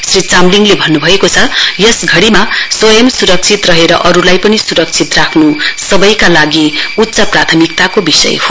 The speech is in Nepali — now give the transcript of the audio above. श्री चामलिङले भन्नुभएको छ यस घड़ीमा स्वयं सुरक्षित रहेर अरुलाई पनि सुरक्षित राख्य सवैका लागि प्राथमिकताको विषय हो